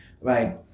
right